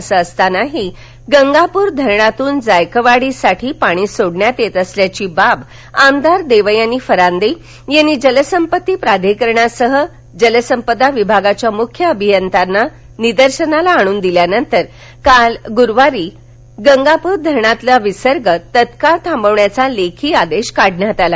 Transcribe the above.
असं असतानाही गंगापुर धरणातुन जायकवाडी साठी पाणी सोडण्यात येत असल्याची बाब आमदार देवयानी फरांदे यांनी जलसंपत्ती प्राधिकरणासह जलसंपदा विभागाच्या मुख्य अभियंत्यांना निदर्शनास आणून दिल्यानंतर त्यांनी काल गुरुवारी संध्याकाळी गंगापुर धरणातील विसर्ग तत्काळ थांबविण्याचा लेखी आदेश काढला